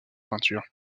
peinture